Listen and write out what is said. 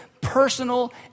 personal